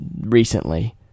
recently